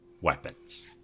weapons